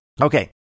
Okay